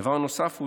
דבר נוסף הוא